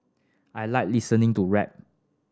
I like listening to rap